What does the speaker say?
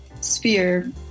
sphere